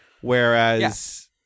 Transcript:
Whereas